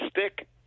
stick